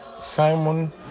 Simon